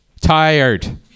tired